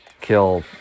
kill